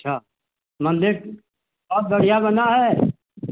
अच्छा मंदिर सब बढ़िया बना है